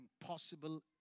impossible